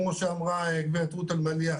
כפי שאמרה גברת רות אלמליח,